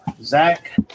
Zach